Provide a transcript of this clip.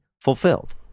fulfilled